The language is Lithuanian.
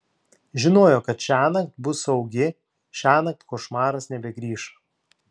žinojo kad šiąnakt bus saugi šiąnakt košmaras nebegrįš